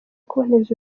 kuboneza